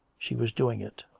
she was doing it.